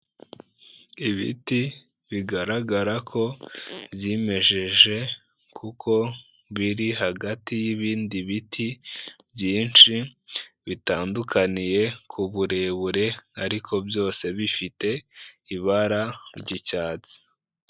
Ibiti bigaragara ko byimejeje kuko biri hagati y'ibindi biti byinshi, bitandukaniye ku burebure ariko byose bifite ibara ry'icyatsi.